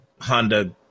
Honda